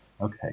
Okay